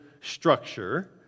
structure